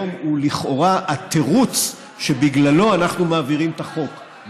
והיום הוא לכאורה התירוץ שבגללו אנחנו מעבירים את החוק,